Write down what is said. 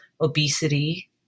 obesity